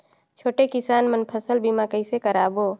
छोटे किसान मन फसल बीमा कइसे कराबो?